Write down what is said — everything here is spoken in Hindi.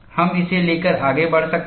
हम इसे लेकर आगे बढ़ सकते हैं